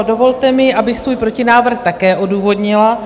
Dovolte mi, abych svůj protinávrh také odůvodnila.